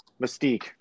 mystique